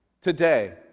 today